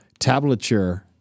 tablature